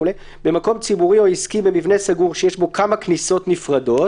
"(4א)במקום ציבורי או עסקי במבנה סגור שיש בו כמה כניסות נפרדות,